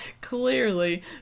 Clearly